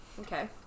Okay